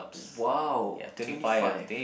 !wow! twenty five